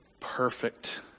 perfect